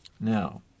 Now